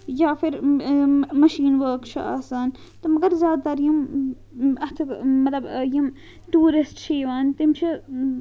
یا پھر مشیٖن ؤرٕک چھِ آسان تہٕ مگر زیادٕ تَر یِم اَتھٕ مطلب یِم ٹوٗرِسٹ چھِ یِوان تِم چھِ